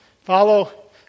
follow